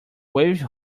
wave